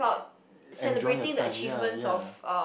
enjoying your time ya ya